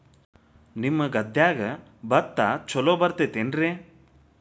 ನಿಮ್ಮ ಗದ್ಯಾಗ ಭತ್ತ ಛಲೋ ಬರ್ತೇತೇನ್ರಿ?